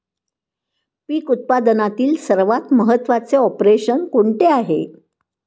पीक उत्पादनातील सर्वात महत्त्वाचे ऑपरेशन कोणते आहे?